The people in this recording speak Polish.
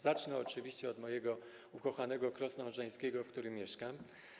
Zacznę oczywiście od mojego ukochanego Krosna Odrzańskiego, w którym mieszkam.